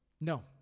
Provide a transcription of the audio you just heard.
No